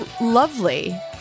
lovely